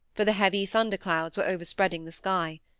for the heavy thunder-clouds were overspreading the sky.